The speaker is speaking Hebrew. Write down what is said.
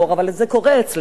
אבל זה קורה אצלנו.